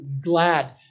glad